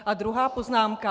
A druhá poznámka.